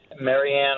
Marianne